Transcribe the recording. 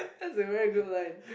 that's a very good line